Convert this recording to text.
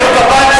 תמחאו כפיים,